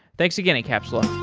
thanks again encapsula.